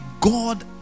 God